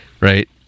right